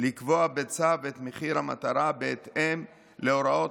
לקבוע בצו את מחיר המטרה בהתאם להוראות